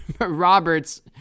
Roberts